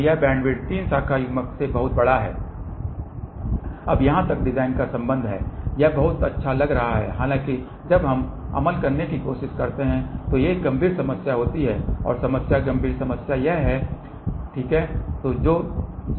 तो यह बैंडविड्थ 3 शाखा युग्मक से बहुत बड़ा है अब जहां तक डिजाइन का संबंध है यह बहुत अच्छा लग रहा है हालांकि जब हम अमल करने की कोशिश करते हैं तो एक गंभीर समस्या होती है और समस्या गंभीर समस्या यह है ठीक है